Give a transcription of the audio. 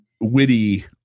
witty